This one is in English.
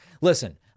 Listen